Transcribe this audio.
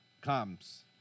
comes